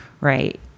Right